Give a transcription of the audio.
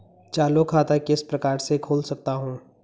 चालू खाता किस प्रकार से खोल सकता हूँ?